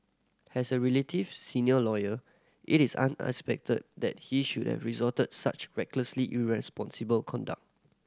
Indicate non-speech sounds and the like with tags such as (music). has a relative senior lawyer it is (unintelligible) that he should have resorted such recklessly irresponsible conduct